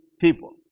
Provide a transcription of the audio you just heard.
people